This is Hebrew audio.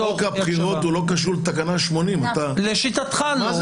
חוק הבחירות לא קשור לתקנה 80. לשיטתך לא,